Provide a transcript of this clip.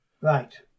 Right